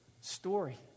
story